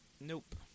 Nope